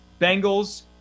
Bengals